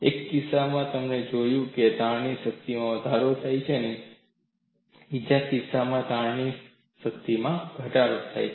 એક કિસ્સામાં અમને જોવા મળ્યું કે તાણની શક્તિમાં વધારો થયો છે બીજા કિસ્સામાં તાણની શક્તિમાં ઘટાડો થયો છે